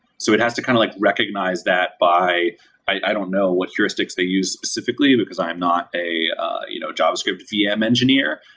so it has to kind of like recognize that by i don't know what heuristics they use specifically, because i'm not a you know javascript vm engineer,